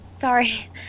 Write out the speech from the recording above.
Sorry